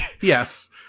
Yes